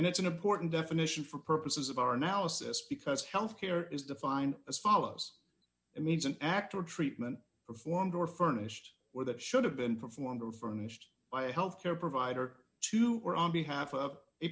and it's an important definition for purposes of our analysis because health care is defined as follows it means an act or treatment performed or furnished where that should have been performed or furnished by health care provider to or on behalf